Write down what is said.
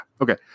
okay